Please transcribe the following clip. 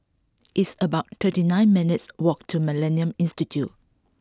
it's about thirty nine minutes' walk to Millennia Institute